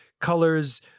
colors